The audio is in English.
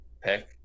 pick